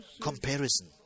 comparison